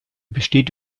besteht